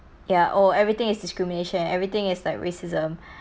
ya oh everything is discrimination everything is like racism